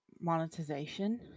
monetization